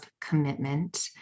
commitment